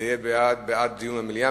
זה יהיה בעד דיון במליאה,